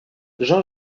jean